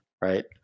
right